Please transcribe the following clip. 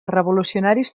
revolucionaris